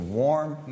warm